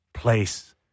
Place